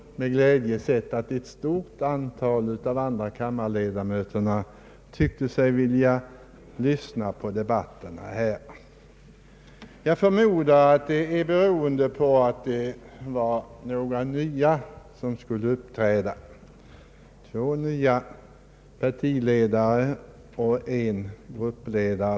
Med glädje har vi sett ett stort antal andrakammarledamöter som tycks vilja lyssna på debatten här. Jag förmodar att detta har berott på att några nya talare skulle uppträda, två nya partiledare och en gruppledare.